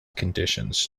conditions